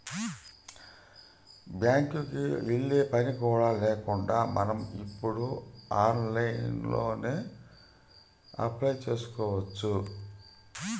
బ్యేంకుకి యెల్లే పని కూడా లేకుండా మనం ఇప్పుడు ఆన్లైన్లోనే అప్లై చేసుకోవచ్చు